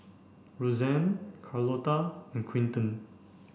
Roseanne Carlota and Quintin